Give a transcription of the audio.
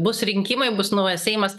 bus rinkimai bus naujas seimas